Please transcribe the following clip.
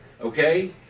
okay